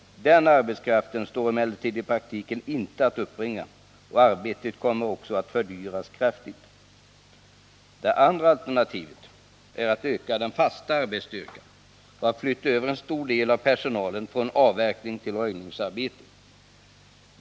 Den arbetskraften står emellertid i praktiken inte att uppbringa, och arbetet kommer också att 139 fördyras kraftigt. Det andra alternativet är att öka den fasta arbetsstyrkan och flytta över en stor del av personalen från avverkning till röjningsarbete.